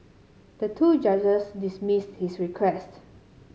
the two judges dismissed his request